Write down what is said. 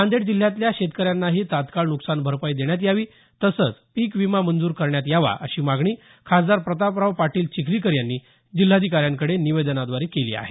नांदेड जिल्ह्यातल्या शेतकऱ्यांनाही तात्काळ नुकसान भरपाई देण्यात यावी तसंच पिक विमा मंजूर करण्यात यावा अशी मागणी खासदार प्रतापराव पाटील चिखलीकर यांनी जिल्हाधिकाऱ्यांकडे निवेदनाद्वारे केली आहे